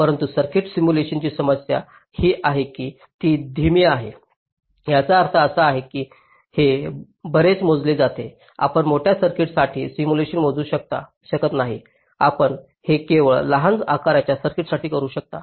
परंतु सर्किट सिम्युलेशनची समस्या ही आहे की ती धीमी आहे याचा अर्थ असा आहे की हे बरेच मोजले जाते आपण मोठ्या सर्किट्ससाठी सिम्युलेशन मोजू शकत नाही आपण हे केवळ लहान आकाराच्या सर्किटसाठी करू शकता